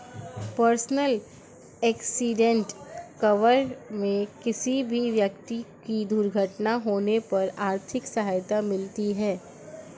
personal accident cover में किसी भी व्यक्ति की दुर्घटना होने पर आर्थिक सहायता मिलती है